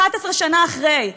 11 שנה אחרי.